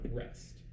rest